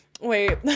Wait